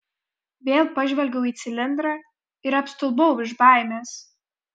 vėl pažvelgiau į cilindrą ir apstulbau iš baimės